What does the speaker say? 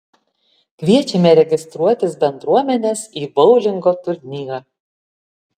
kviečiame registruotis bendruomenes į boulingo turnyrą